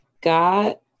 Got